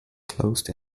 closed